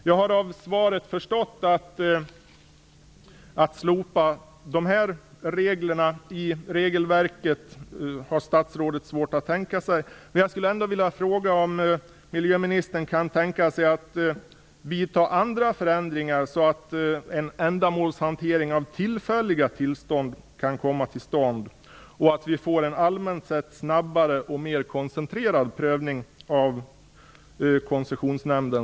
Jag har av svaret förstått att miljöministern har svårt att tänka sig att slopa dessa regler, men jag skulle ändå vilja fråga om miljöministern kan tänka sig att vidta andra förändringar så att en ändamålsenlig hantering av tillfälliga tillstånd kan komma till stånd, och så att vi får en allmänt sett snabbare och mer koncentrerad prövning i Koncessionsnämnden.